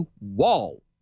wall